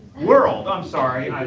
world i'm sorry.